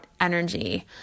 energy